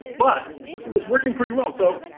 but it was working pretty well. so.